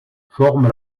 forme